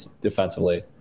defensively